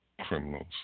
criminals